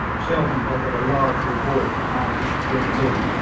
shelton offered a large reward to the man who should bring it in,